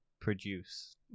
produce